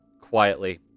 quietly